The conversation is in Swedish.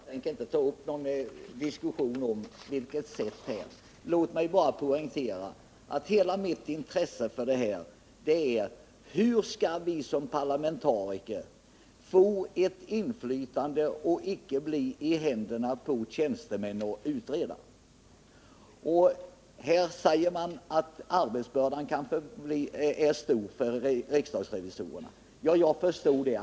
Herr talman! Jag tänker inte ta upp någon diskussion om vilket arbetssätt som skall tillämpas. Låt mig bara poängtera att mitt intresse för detta gäller frågan: Hur skall vi som parlamentariker få ett inflytande och icke bli i händerna på tjänstemän och utredare? Här säger man att arbetsbördan är stor för riksdagens revisorer. Jag förstår det.